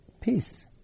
peace